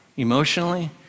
emotionally